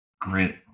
grit